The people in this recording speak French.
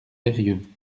eyrieux